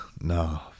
no